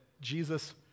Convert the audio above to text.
Jesus